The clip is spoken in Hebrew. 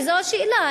וזו השאלה,